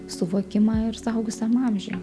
suvokimą ir suaugusiam amžiuj